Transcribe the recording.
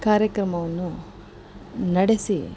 ಕಾರ್ಯಕ್ರಮವನ್ನು ನಡೆಸಿ